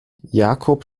jacob